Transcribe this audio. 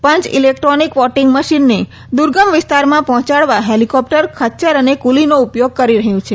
પંચ electronic voting મશીનને દુર્ગમ વિસ્તારમાં પહોંચાડવા હેલીકોપ્ટર ખચ્ચર અને કુલીનો ઉપયોગ કરી રહ્યું છે